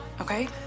okay